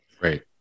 Right